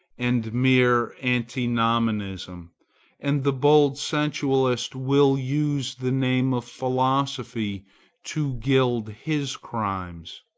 and mere antinomianism and the bold sensualist will use the name of philosophy to gild his crimes.